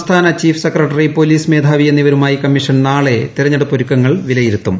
സംസ്ഥാന chief secretary police മേധാവി എന്നിവരുമായി കമ്മീഷൻ നാളെ തെരഞ്ഞെടുപ്പ് ഒരുക്കങ്ങൾ വിലയിരുത്തും